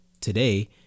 today